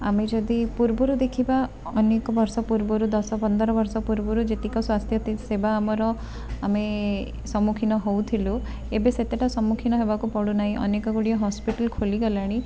ଆମେ ଯଦି ପୂର୍ବରୁ ଦେଖିବା ଅନେକ ବର୍ଷ ପୂର୍ବରୁ ଦଶ ପନ୍ଦରବର୍ଷ ପୂର୍ବରୁ ଯେତିକି ସ୍ଵାସ୍ଥ୍ୟସେବା ଆମର ଆମେ ସମ୍ମୁଖୀନ ହେଉଥିଲୁ ଏବେ ସେତେଟା ସମ୍ମୁଖୀନ ହେବାକୁ ପଡ଼ୁନାହିଁ ଅନେକ ଗୁଡ଼ିଏ ହସ୍ପିଟାଲ ଖୋଲିଗଲାଣି